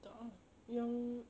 tak ah yang